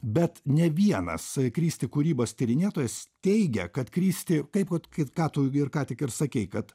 bet ne vienas kristi kūrybos tyrinėtojas teigia kad kristi kaip vat kaip ka tu ir ka tik ir sakei kad